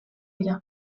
dira